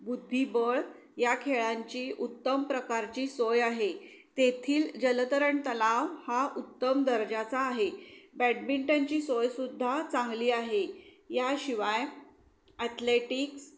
बुद्धिबळ या खेळांची उत्तम प्रकारची सोय आहे तेथील जलतरण तलाव हा उत्तम दर्जाचा आहे बॅडमिंटनची सोय सुद्धा चांगली आहे याशिवाय ॲथलेटिक्स